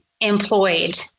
employed